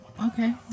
Okay